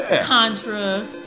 Contra